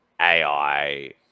AI